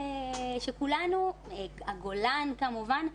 הגולן כמובן.